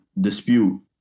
dispute